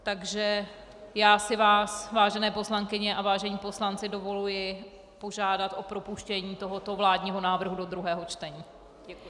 Takže já si vás, vážené poslankyně a vážení poslanci, dovoluji požádat o propuštění tohoto vládního návrhu do druhého čtení.